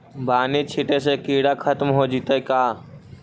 बानि छिटे से किड़ा खत्म हो जितै का?